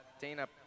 Dana